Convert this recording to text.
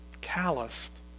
calloused